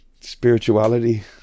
spirituality